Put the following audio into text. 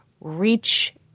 reach